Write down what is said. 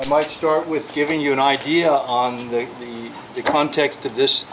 i might start with giving you an idea on the context of this